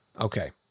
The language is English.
Okay